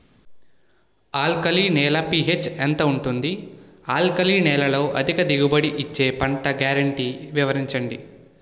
Alkali నేల యెక్క P H ఎంత ఉంటుంది? ఆల్కలి నేలలో అధిక దిగుబడి ఇచ్చే పంట గ్యారంటీ వివరించండి?